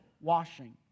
washing